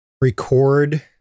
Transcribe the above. Record